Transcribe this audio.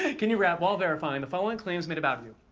ah can you rap while verifying the following claims made about you?